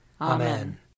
Amen